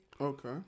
Okay